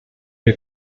der